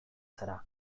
zara